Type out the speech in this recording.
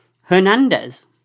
Hernandez